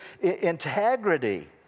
integrity